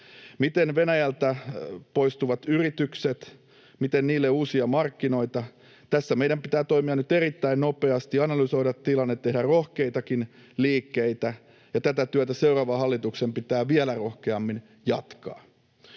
Miten Venäjältä poistuville yrityksille uusia markkinoita? Tässä meidän pitää toimia nyt erittäin nopeasti, analysoida tilannetta ja tehdä rohkeitakin liikkeitä. Tätä työtä seuraavan hallituksen pitää vielä rohkeammin jatkaa.